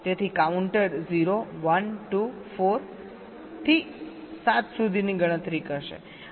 તેથી કાઉન્ટર 0 1 2 4 થી 7 સુધીની ગણતરી કરશે અને ફરીથી 0 પર પાછા આવશે